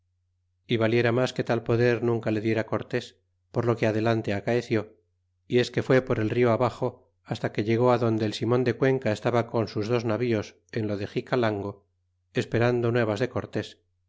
y valiera mas que tal poder nunca le diera cortés por lo que adelante acaeció y es que fué por el rio abaxo hasta que llegó adonde el simon de cuenca estaba con sus dos navíos en lo de xicalango esperando nuevas de cortés